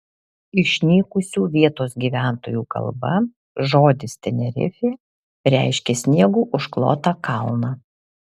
išnykusių vietos gyventojų kalba žodis tenerifė reiškia sniegu užklotą kalną